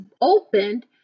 opened